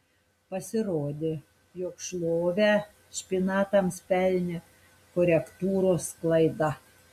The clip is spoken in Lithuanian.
pasirodė jog šlovę špinatams pelnė korektūros klaida